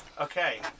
Okay